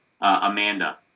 Amanda